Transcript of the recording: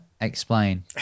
Explain